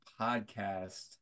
podcast